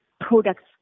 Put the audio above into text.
products